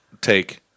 take